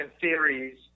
theories